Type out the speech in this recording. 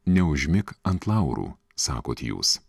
neužmik ant laurų sakot jūs